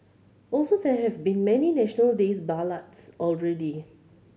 also there have been many National Days ballads already